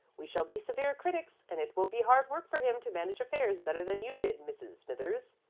we shall be severe critics, and it will be hard work for him to manage affairs better than you did, mrs. smithers.